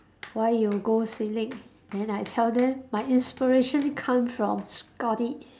why you go then I tell them my inspiration come from